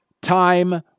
time